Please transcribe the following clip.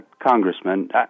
Congressman